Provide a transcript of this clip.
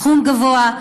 סכום גבוה,